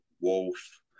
wolf